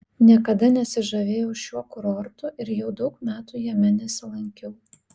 niekada nesižavėjau šiuo kurortu ir jau daug metų jame nesilankiau